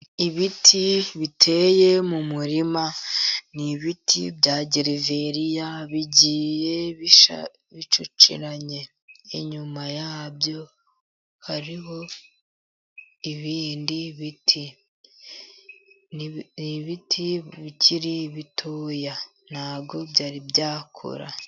Ibiti biteye mu murima. Ni ibiti bya geveriya bigiye bicuciranye. Inyuma yabyo hariho ibindi biti. Ibiti bikiri bitoya nta bwo byari byakura.